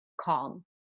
calm